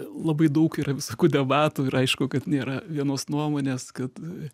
labai daug yra visokių debatų ir aišku kad nėra vienos nuomonės kad